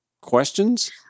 questions